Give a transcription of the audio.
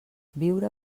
viure